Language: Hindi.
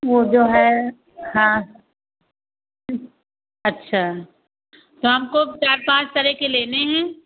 वह जो है हाँ अच्छा शाम को चार पाँच तरह के लेने हैं